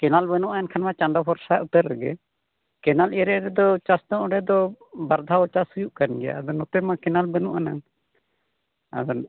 canal ᱵᱟᱹᱱᱩᱜᱼᱟ ᱮᱱᱠᱷᱟᱱ ᱢᱟ ᱪᱟᱸᱫᱳ ᱵᱷᱚᱨᱥᱟ ᱩᱛᱟᱹᱨ ᱨᱮᱜᱮ ᱠᱮᱱᱮᱞ ᱮᱨᱤᱭᱟ ᱨᱮᱫᱚ ᱪᱟᱥ ᱫᱚ ᱚᱸᱰᱮ ᱫᱚ ᱵᱟᱨ ᱫᱷᱟᱣ ᱪᱟᱥ ᱦᱩᱭᱩᱜ ᱠᱟᱱ ᱜᱮᱭᱟ ᱟᱫᱚ ᱱᱚᱛᱮ ᱢᱟ ᱠᱮᱱᱮᱞ ᱵᱟᱹᱱᱩᱜ ᱟᱱᱟᱝ ᱟᱫᱚ